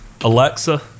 alexa